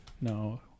No